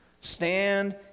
Stand